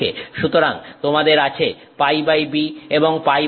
সুতরাং তোমাদের আছে πb এবং πa